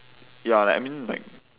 ya like I mean like